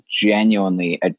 genuinely